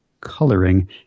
coloring